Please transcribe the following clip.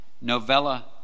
Novella